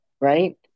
right